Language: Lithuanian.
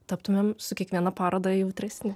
taptumėm su kiekviena paroda jautresni